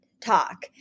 talk